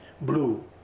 blue